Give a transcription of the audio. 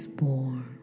born